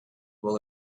will